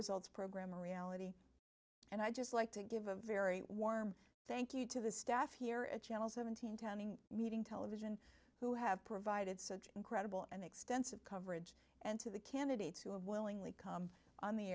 results program reality and i'd just like to give a very warm thank you to the staff here at channel seventeen tunning meeting television who have provided such incredible and extensive coverage and to the candidates who have willingly come on the